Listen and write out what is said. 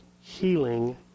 healing